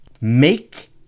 Make